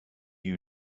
you